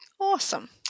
Awesome